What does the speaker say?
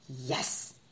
Yes